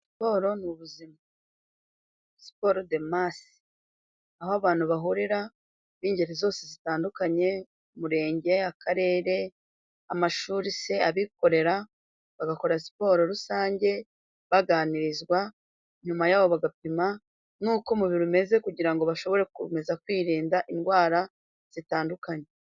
Siporo ni ubuzima , siporo de mase aho abantu bahurira b'ingeri zose zitandukanye umurenge, akarere, amashuri se, abikorera, bagakora siporo rusange baganirizwa, nyuma yaho bagapima n'uko umubiri umeze kugira ngo bashobore gukomeza kwirinda indwara zitandukanye.